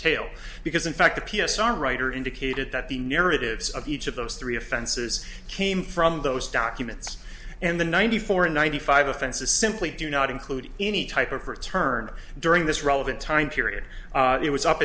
tail because in fact the p s r writer indicated that the narratives of each of those three offenses came from those documents and the ninety four ninety five offenses simply do not include any type of return during this relevant time period it was up